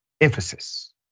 emphasis